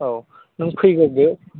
औ नों फैग्रोदो